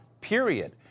period